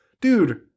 dude